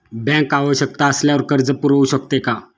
Bank आवश्यकता असल्यावर कर्ज पुरवू शकते का?